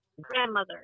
Grandmother